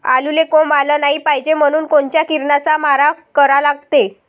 आलूले कोंब आलं नाई पायजे म्हनून कोनच्या किरनाचा मारा करा लागते?